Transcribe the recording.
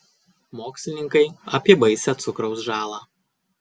mokslininkai apie baisią cukraus žalą